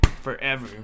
Forever